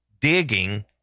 digging